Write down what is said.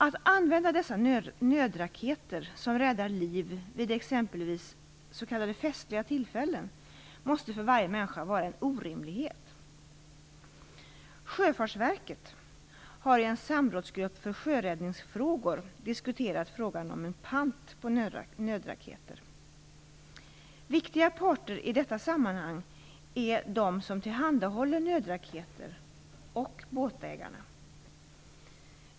Att använda dessa nödraketer som räddar liv vid exempelvis s.k. festliga tillfällen måste för varje människa vara en orimlighet. Sjöfartsverket har i en samrådsgrupp för sjöräddningsfrågor diskuterat frågan om en pant på nödraketer. Viktiga parter i detta sammanhang är de som tillhandahåller nödraketer och båtägarna.